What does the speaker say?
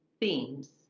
themes